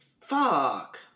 Fuck